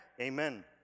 amen